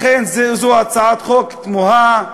לכן, זאת הצעת חוק תמוהה,